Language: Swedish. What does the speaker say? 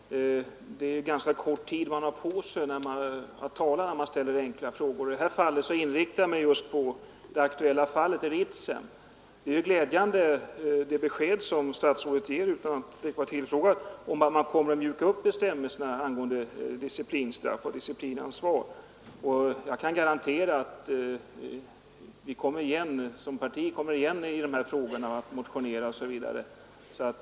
Herr talman! Man har ganska kort tid på sig att tala när det gäller enkla frågor. I detta fall inriktade jag mig just på det aktuella fallet i Ritsem. Det besked statsrådet utan att vara tillfrågad ger om att man kommer att mjuka upp bestämmelserna om disciplinstraff är glädjande. Jag kan garantera att vi såsom parti kommr igen i dessa frågor genom motioner osv.